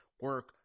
Work